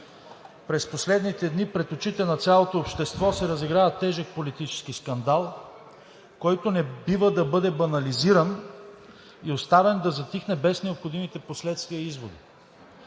През последните дни пред очите на цялото общество се разиграва тежък политически скандал, който не бива да бъде банализиран и оставен да затихне без необходимите последствия и изводи.